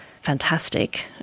fantastic